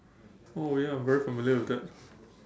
oh ya very familiar with that